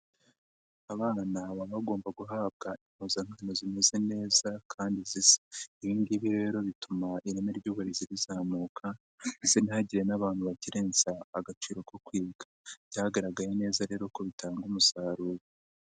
Abana baba bagomba guhabwa impuzankano zimeze neza kandi zisa, ibi ngibi rero bituma ireme ry'uburezi rizamuka ndetse ntihagire n'abantu bakeretsa agaciro ko kwiga, byagaragaye neza rero ko bitanga umusaruro.